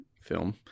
film